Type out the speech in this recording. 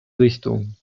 richtung